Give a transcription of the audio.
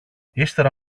ύστερα